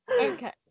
Okay